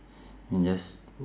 you just